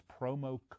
promo